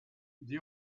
the